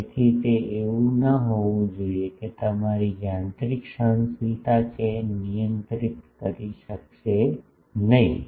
તેથી તે એવું ન હોવું જોઈએ કે તમારી યાંત્રિક સહનશીલતા તે નિયંત્રિત કરી શકશે નહીં